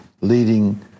leading